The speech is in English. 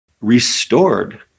restored